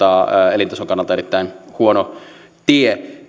elintason kannalta erittäin huono tie